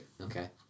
Okay